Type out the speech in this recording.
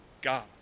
God